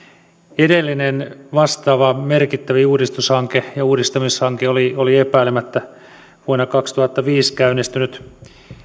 edellinen vastaava merkittävin uudistamishanke oli oli epäilemättä vuonna kaksituhattaviisi käynnistynyt